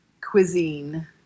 cuisine